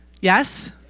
Yes